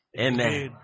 Amen